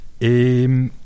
et